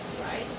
Right